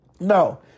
No